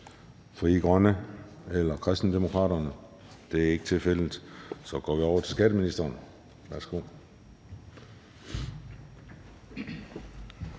Frie Grønne eller Kristendemokraterne. Det er ikke tilfældet, og så går vi over til skatteministeren. Værsgo.